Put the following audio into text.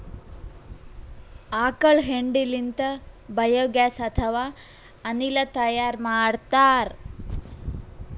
ಆಕಳ್ ಹೆಂಡಿ ಲಿಂತ್ ಬಯೋಗ್ಯಾಸ್ ಅಥವಾ ಅನಿಲ್ ತೈಯಾರ್ ಮಾಡ್ತಾರ್